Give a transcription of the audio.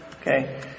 Okay